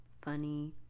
funny